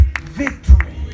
victory